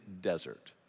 desert